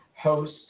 host